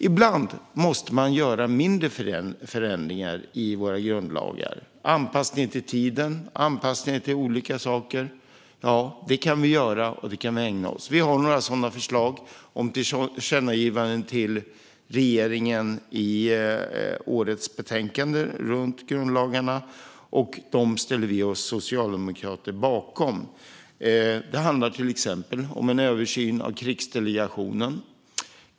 Ibland måste man göra mindre förändringar i våra grundlagar - anpassningar till tiden, anpassningar till olika saker. Det kan vi ägna oss åt. Vi har några sådana förslag om tillkännagivanden till regeringen i årets betänkande om grundlagarna, och dem ställer vi socialdemokrater oss bakom. Det handlar till exempel om en översyn av krigsdelegationen.